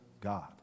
God